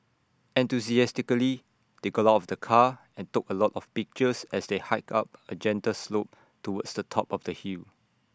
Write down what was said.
enthusiastically they got out of the car and took A lot of pictures as they hiked up A gentle slope towards the top of the hill